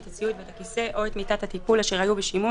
את הציוד ואת הכיסא או את מיטת הטיפול אשר היו בשימוש,